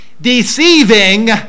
deceiving